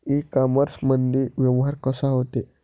इ कामर्समंदी व्यवहार कसा होते?